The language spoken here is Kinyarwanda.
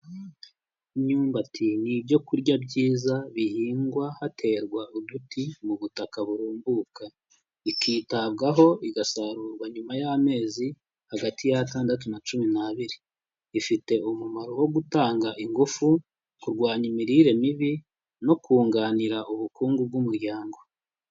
Imyumbati ni ibyo kurya byiza bihingwa haterwa uduti mu butaka burumbuka. Ikitabwaho, igasarurwa nyuma y'amezi hagati y'atandatu na cumi n'abiri. Ifite umumaro wo gutanga ingufu, kurwanya imirire mibi no kunganira ubukungu bw'umuryango.